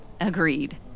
Agreed